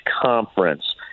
conference